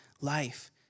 life